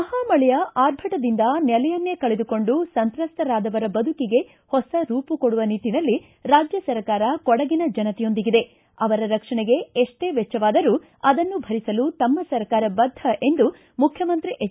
ಮಹಾಮಳೆಯ ಆರ್ಭಟದಿಂದ ನೆಲೆಯನ್ನೇ ಕಳೆದುಕೊಂಡು ಸಂತ್ರಸ್ತರಾದವರ ಬದುಕಿಗೆ ಹೊಸ ರೂಠಿಣ ಕೊಡುವ ನಿಟ್ಟನಲ್ಲಿ ರಾಜ್ಯ ಸರ್ಕಾರ ಕೊಡಗಿನ ಜನತೆಯೊಂದಿಗಿದೆ ಅವರ ರಕ್ಷಣಿಗೆ ಎಷ್ಷೇ ವೆಚ್ಚವಾದರೂ ಅದನ್ನು ಭರಿಸಲು ತಮ್ಮ ಸರ್ಕಾರ ಬದ್ದ ಎಂದು ಮುಖ್ಯಮಂತ್ರಿ ಎಚ್